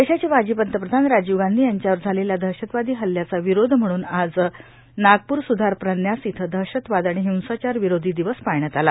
देशाचे माजी पंतप्रधान राजीव गांधी यांच्यावर झालेल्या दहशतवादी हल्ल्याचा विरोध म्हणून आज नागप्र सुधार प्रन्यास इथं दहशतवाद आणि हिंसाचार विरोधी दिवस पाळण्यात आला